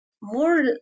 more